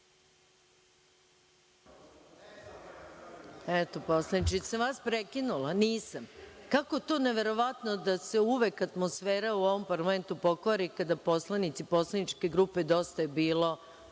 Eto, poslaniče, jesam vas prekinula? Nisam. Kako je to neverovatno da se uvek atmosfera u ovom parlamentu pokvari kada se poslanici Poslaničke grupe Dosta je bilo